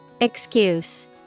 Excuse